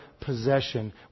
possession